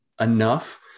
enough